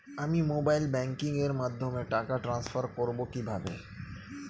আমি mobile banking এর মাধ্যমে টাকা টান্সফার করব কিভাবে?